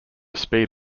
speed